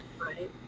Right